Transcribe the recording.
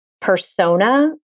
persona